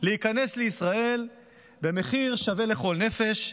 להיכנס לישראל במחיר שווה לכל נפש.